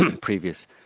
previous